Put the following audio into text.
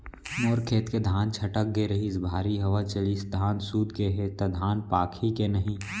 मोर खेत के धान छटक गे रहीस, भारी हवा चलिस, धान सूत गे हे, त धान पाकही के नहीं?